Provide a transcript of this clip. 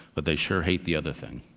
but they sure hate the other thing